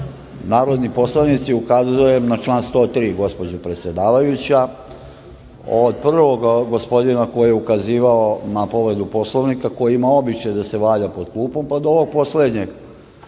narodni poslanici, ukazujem na član 103. gospođo predsedavajuća. Od prvog gospodina koji je ukazivao na povredu Poslovnika, koji ima običaj da se javlja pod klupom, pa da ovo poslednje